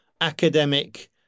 academic